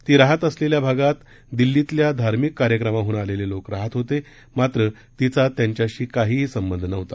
ती राहत असलेल्या भागात दिल्लीतल्या धार्मिक कार्यक्रमाहन आलेले लोक राहत होते मात्र तिचा त्यांच्याशी काहीही संबंध आलेला नव्हता